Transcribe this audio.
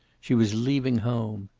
she was leaving home.